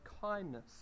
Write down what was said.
kindness